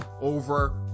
over